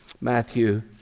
Matthew